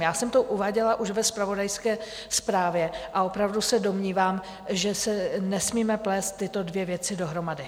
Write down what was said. Já jsem to uváděla už ve zpravodajské zprávě a opravdu se domnívám, že nesmíme plést tyto dvě věci dohromady.